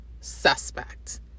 suspect